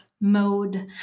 mode